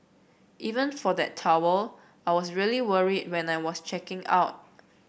even for that towel I was really worried when I was checking out